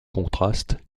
contraste